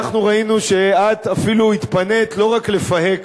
אנחנו ראינו שאת אפילו התפנית לא רק לפהק,